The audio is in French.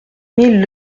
mille